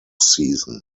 season